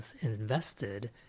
invested